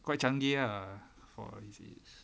quite canggih ah for his age